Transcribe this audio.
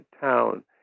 town